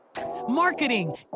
marketing